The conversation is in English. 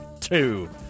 two